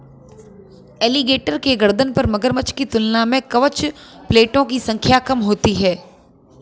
alligator के गर्दन पर मगरमच्छ की तुलना में कवच प्लेटो की संख्या कम होती है